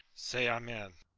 say amen.